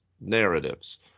narratives